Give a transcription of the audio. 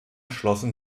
schlossen